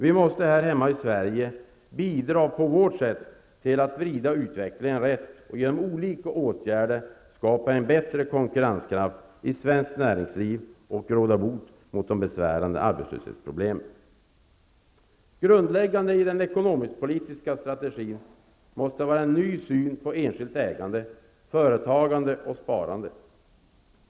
Vi måste här hemma i Sverige bidra på vårt sätt till att vrida utvecklingen rätt och genom olika åtgärder skapa bättre konkurrenskraft i svenskt näringsliv och råda bot på de besvärande arbetslöshetsproblemen. Grundläggande i den ekonomisk-politiska strategin måste vara en ny syn på enskilt ägande, företagande och sparande.